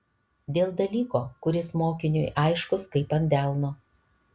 dėl dalyko kuris mokiniui aiškus kaip ant delno